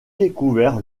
découvert